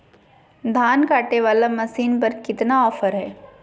धान कटे बाला मसीन पर कितना ऑफर हाय?